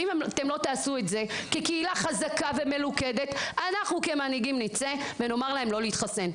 ואם אתם לא תעשו את זה אנחנו נצא כמנהיגים ונאמר להם לא להתחסן.